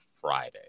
Friday